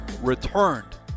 returned